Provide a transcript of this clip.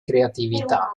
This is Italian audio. creatività